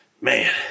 man